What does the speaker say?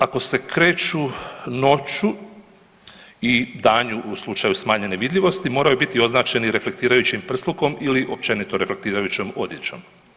Ako se kreću noću i danju u slučaju smanjene vidljivosti moraju biti označeni reflektirajućim prslukom ili općenito reflektirajućom odjećom.